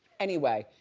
anyway,